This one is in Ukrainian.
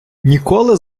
ніколи